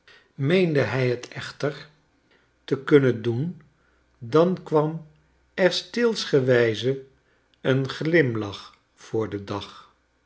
meende hij het echter te kunnen doen dan kwam er steelsgewijze een glimlach voor den dag